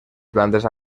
plantes